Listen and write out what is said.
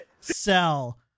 Sell